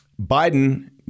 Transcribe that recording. biden